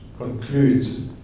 concludes